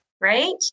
right